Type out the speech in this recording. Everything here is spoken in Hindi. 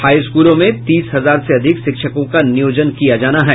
हाई स्कूलों में तीस हजार से अधिक शिक्षकों का नियोजन होना है